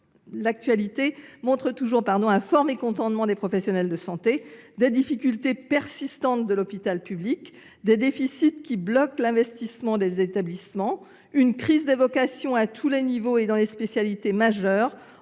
l’actualité montre qu’il y a toujours un fort mécontentement des professionnels de santé, des difficultés persistantes de l’hôpital public, des déficits qui bloquent l’investissement des établissements, une crise des vocations à tous les niveaux et dans des spécialités majeures.